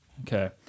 Okay